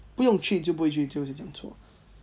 不用去就不会去对不起讲错